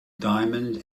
diamond